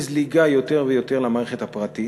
יש זליגה יותר ויותר למערכת הפרטית.